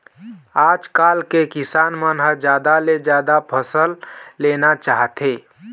आजकाल के किसान मन ह जादा ले जादा फसल लेना चाहथे